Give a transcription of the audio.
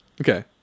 okay